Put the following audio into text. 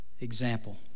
example